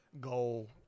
goal